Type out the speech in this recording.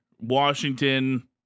Washington